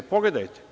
Pogledajte.